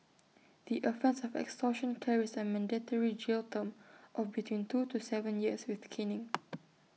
the offence of extortion carries A mandatory jail term of between two to Seven years with caning